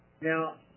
Now